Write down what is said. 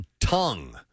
tongue